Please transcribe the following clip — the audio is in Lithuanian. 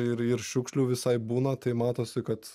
ir ir šiukšlių visai būna tai matosi kad